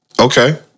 Okay